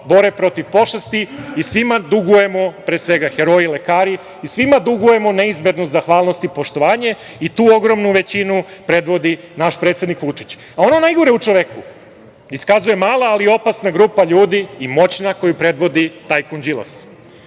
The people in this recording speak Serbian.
bore protiv pošasti i svima dugujemo, pre svega heroji lekari i svima dugujemo neizmernu zahvalnost i poštovanje i tu ogromnu većinu predvodi naš predsednik Vučić. Ono najgore u čoveku iskazuje mala, ali opasna grupa ljudi i moćna koju predvodi tajkun Đilas.